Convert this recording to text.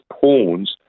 pawns